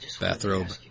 Bathrobe